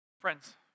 Friends